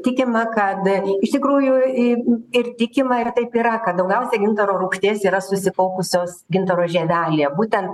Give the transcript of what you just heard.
tikima kad iš tikrųjų ir tikima ir taip yra kad daugiausia gintaro rūgšties yra susikaupusios gintaro žievelėje būtent